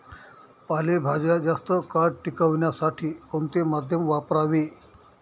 पालेभाज्या जास्त काळ टिकवण्यासाठी कोणते माध्यम वापरावे?